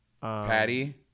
Patty